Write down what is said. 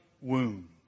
wound